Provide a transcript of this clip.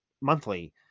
monthly